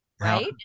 Right